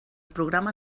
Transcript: programa